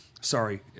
Sorry